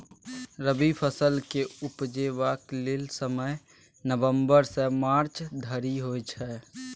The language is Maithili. रबी फसल केँ उपजेबाक समय नबंबर सँ मार्च धरि होइ छै